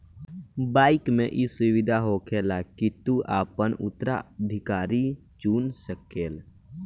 bike मे ई सुविधा होखेला की तू आपन उत्तराधिकारी चुन सकेल